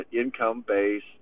income-based